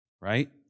right